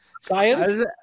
science